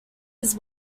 his